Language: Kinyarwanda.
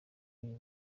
ibi